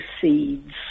seeds